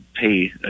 pay